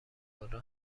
خودرو